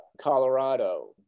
Colorado